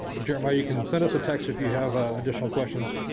jeremiah you can send us a text if you have ah additional questions.